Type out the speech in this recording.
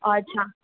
अच्छा